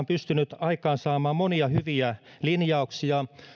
pystynyt aikaansaamaan monia hyviä linjauksia